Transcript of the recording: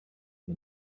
the